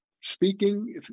speaking